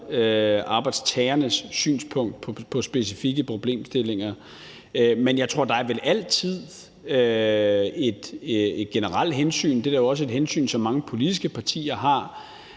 arbejdstagernes synspunkt på specifikke problemstillinger. Men der er vel altid et generelt hensyn – det er også et hensyn, mange politiske partier har